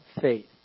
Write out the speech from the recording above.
faith